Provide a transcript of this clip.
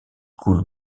coule